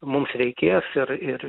mums reikės ir ir